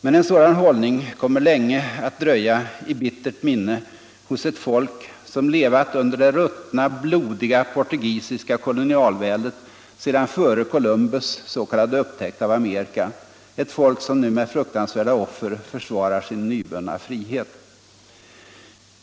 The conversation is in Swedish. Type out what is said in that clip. Men en sådan hållning kommer länge att dröja i bittert — till förmån för minne hos ett folk som levat under det ruttna, blodiga portugisiska ko — Angola lonialväldet sedan före Columbus s.k. upptäckt av Amerika, ett folk som nu med fruktansvärda offer försvarar sin nyvunna frihet.